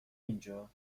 اینجا